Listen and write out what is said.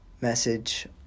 message